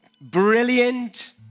brilliant